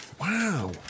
Wow